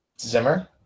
Zimmer